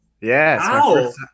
yes